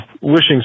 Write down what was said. wishing